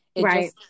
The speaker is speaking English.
Right